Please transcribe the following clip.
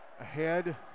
Ahead